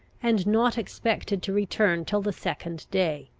and not expected to return till the second day